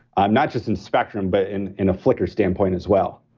um not just in spectrum, but in in a flicker standpoint as well.